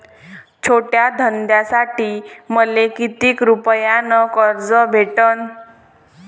छोट्या धंद्यासाठी मले कितीक रुपयानं कर्ज भेटन?